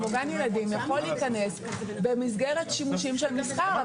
או גן ילדים יכול להיכנס במסגרת שימושים של מסחר.